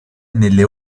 nelle